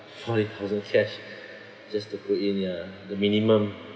forty thousand cash just to put in ya the minimum